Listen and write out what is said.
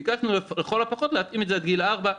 ביקשנו לכל הפחות להתאים את זה עד גיל ארבע,